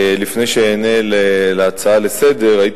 לפני שאענה על ההצעה לסדר-היום,